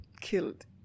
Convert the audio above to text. killed